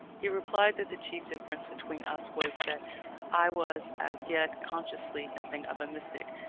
he replied that the chief difference between us was that i was as yet consciously nothing of a mystic.